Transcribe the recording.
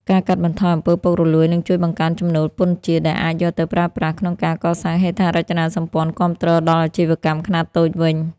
ការកាត់បន្ថយ អំពើពុករលួយ នឹងជួយបង្កើនចំណូលពន្ធជាតិ ដែលអាចយកទៅប្រើប្រាស់ក្នុងការកសាងហេដ្ឋារចនាសម្ព័ន្ធគាំទ្រដល់អាជីវកម្មខ្នាតតូចវិញ។